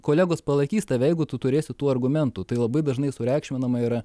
kolegos palaikys tave jeigu tu turėsi tų argumentų tai labai dažnai sureikšminama yra